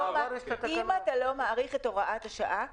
אם אתה לא מאריך את הוראת השעה,